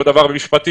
אותו דבר במשפטים,